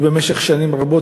במשך שנים רבות,